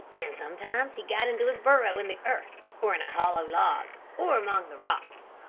and sometimes he got into his burrow in the earth, or in a hollow log, or among the rocks.